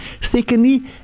Secondly